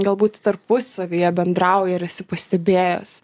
galbūt tarpusavyje bendrauja ar esi pastebėjęs